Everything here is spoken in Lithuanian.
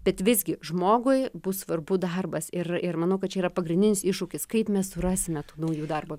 bet visgi žmogui bus svarbu darbas ir ir manau kad čia yra pagrindinis iššūkis kaip mes surasime tų naujų darbo